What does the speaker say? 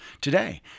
Today